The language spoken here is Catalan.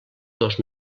dos